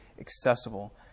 accessible